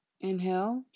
Inhale